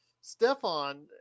Stefan